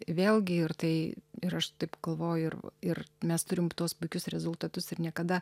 vėlgi ir tai ir aš taip galvoju ir ir mes turim tuos puikius rezultatus ir niekada